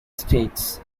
states